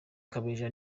kabeja